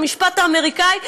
והמשפט האמריקני,